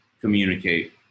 communicate